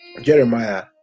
Jeremiah